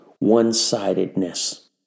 one-sidedness